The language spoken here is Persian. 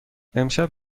امشب